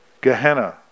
Gehenna